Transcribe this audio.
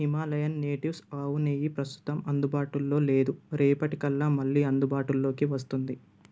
Himalayan Natives ఆవు నెయ్యి ప్రస్తుతం అందుబాటులో లేదు రేపటి కల్లా మళ్ళీ అందుబాటులోకి వస్తుంది